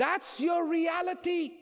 that's your reality